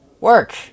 Work